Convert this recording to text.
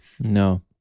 No